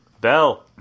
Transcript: Bell